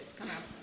come up,